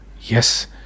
yes